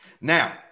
Now